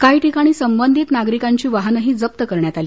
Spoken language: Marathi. काही ठिकाणी संबधित नागरिकांची वाहनंही जप्त करण्यात आली